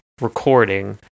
recording